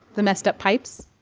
the messed up pipes?